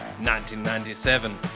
1997